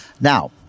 Now